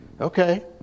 Okay